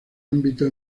ámbito